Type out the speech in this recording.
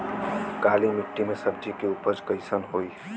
काली मिट्टी में सब्जी के उपज कइसन होई?